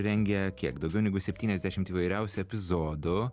rengę kiek daugiau negu septyniasdešimt įvairiausių epizodų